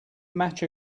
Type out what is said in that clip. match